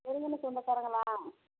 நெருங்கின சொந்தக்காரவங்களா